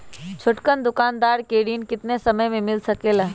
छोटकन दुकानदार के ऋण कितने समय मे मिल सकेला?